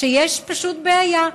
שיש פשוט בעיה: